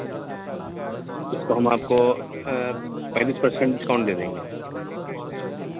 اس کو ہم آپ کو پینتیس پرسینٹ ڈسکاؤنٹ دے دیں گے